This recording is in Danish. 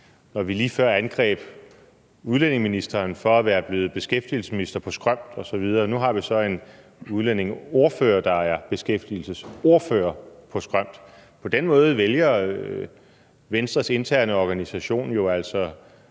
når vi lige før angreb udlændingeministeren for at være blevet beskæftigelsesminister på skrømt osv., og nu har vi så en udlændingeordfører, der er beskæftigelsesordfører på skrømt. På den måde vælger Venstres interne organisation jo altså